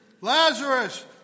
Lazarus